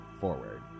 forward